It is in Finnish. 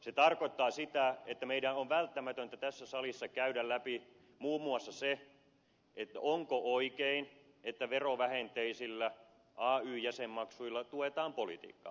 se tarkoittaa sitä että meidän on välttämätöntä tässä salissa käydä läpi muun muassa se onko oikein että verovähenteisillä ay jäsenmaksuilla tuetaan politiikkaa